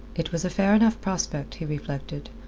it was a fair enough prospect, he reflected,